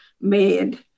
made